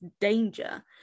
danger